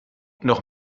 noch